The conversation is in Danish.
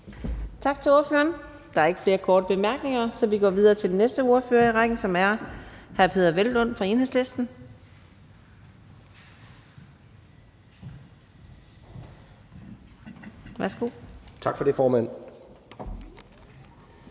Tak til ordføreren. Der er ikke flere korte bemærkninger, så vi går videre til den næste ordfører i rækken, som er hr. Peder Hvelplund fra Enhedslisten. Værsgo. Kl. 17:51 (Ordfører)